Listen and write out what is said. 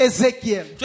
Ezekiel